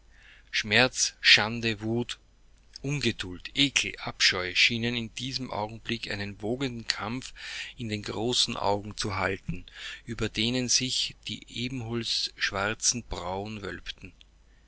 schmerz schande wut ungeduld ekel abscheu schienen in diesem augenblick einen wogenden kampf in den großen augen zu halten über denen sich die ebenholzschwarzen brauen wölbten